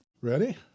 Ready